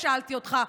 שאלתי אותך.